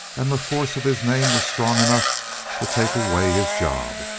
and the force of his name was strong enough to take away his job.